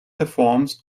performs